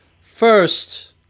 First